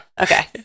Okay